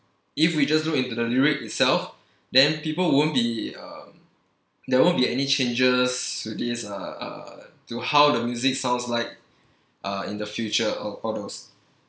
if we just look into the lyric itself then people won't be um there won't be any changes to this uh uh to how the music sounds like uh in the future all all those